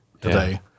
today